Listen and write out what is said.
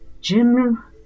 Jim